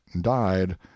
died